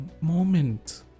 moment